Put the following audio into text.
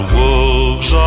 wolves